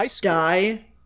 die